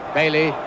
Bailey